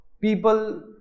people